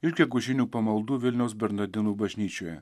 iš gegužinių pamaldų vilniaus bernardinų bažnyčioje